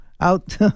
Out